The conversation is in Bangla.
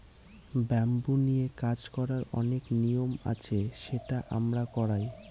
ব্যাম্বু নিয়ে কাজ করার অনেক নিয়ম আছে সেটা আমরা করায়